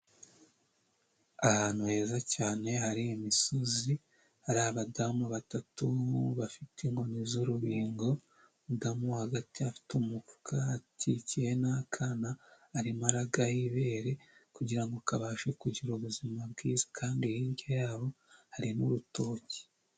Ahantu heza cyane hari imisozi, hari abadamu batatu bafite inkoni z'urubingo, umudamu wo hagati afite umufu kakikiye n'akana arimo aragaha ibere kugira ngo kabashe kugira ubuzima bwiza kandi hirya yabo hari n'urutoki.